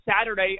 saturday